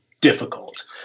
difficult